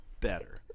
better